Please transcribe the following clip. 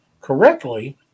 correctly